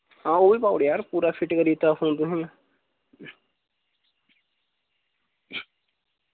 हां ओह् बी पाऊड़ेआ यरो पूरा फिट करियै दित्ता फोन तुसें मैं